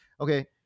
okay